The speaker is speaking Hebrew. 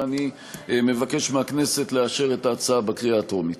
אני מבקש מהכנסת לאשר את ההצעה בקריאה הטרומית.